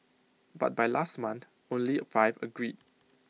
but by last month only five agreed